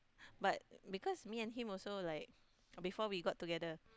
but because me and him also like before we got together